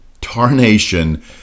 tarnation